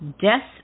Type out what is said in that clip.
Death